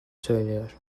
söylüyor